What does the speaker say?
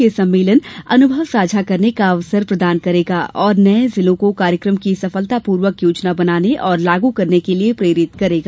यह सम्मेलन अनुभव साझा करने का अवसर प्रदान करेगा और नये जिलों को कार्यक्रम की सफलतापूर्वक योजना बनाने और लागू करने के लिए प्रेरित करेगा